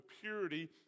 purity